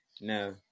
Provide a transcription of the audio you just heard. No